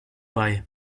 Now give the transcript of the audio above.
bei